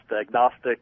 agnostic